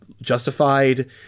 justified